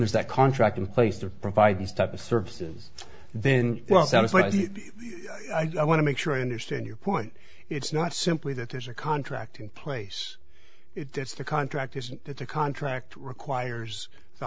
there's that contract in place to provide these type of services then well that is what i want to make sure i understand your point it's not simply that there's a contract in place it's the contract isn't that the contract requires the